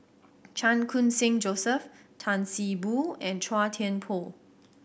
Chan Khun Sing Joseph Tan See Boo and Chua Thian Poh